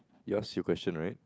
you ask your question right